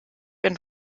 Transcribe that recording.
and